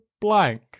blank